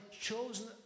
chosen